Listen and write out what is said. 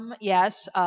yes